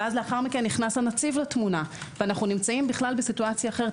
ואוז נכנס הנציב בתמונה ואנחנו בכלל בסיטואציה אחרת.